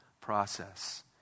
process